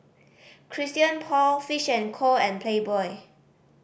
Christian Paul Fish and Co and Playboy